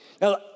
Now